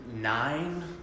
nine